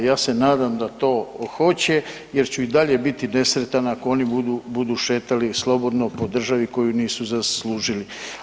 Ja se nadam da to hoće jer ću i dalje biti nesretan ako oni budu, budu šetali slobodno po državi koju nisu zaslužili.